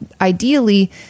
ideally